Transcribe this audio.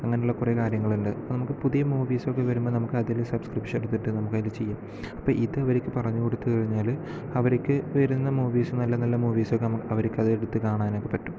അങ്ങനെയുള്ള കുറേ കാര്യങ്ങളുണ്ട് അപ്പോൾ നമുക്ക് പുതിയ മൂവീസ് ഒക്കെ വരുമ്പോൾ നമുക്ക് അതിലെ സബ്സ്ക്രിപ്ഷൻ എടുത്തിട്ട് നമുക്ക് അതിൽ ചെയ്യാം അപ്പോൾ ഇത് അവർക്ക് പറഞ്ഞു കൊടുത്തുകഴിഞ്ഞാല് അവർക്ക് വരുന്ന മൂവീസ് നല്ല നല്ല മൂവീസ് ഒക്കെ അവർക്ക് അത് എടുത്ത് കാണാനൊക്കെ പറ്റും